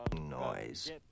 noise